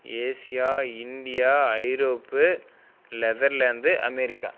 Asia India Europe Netherlands America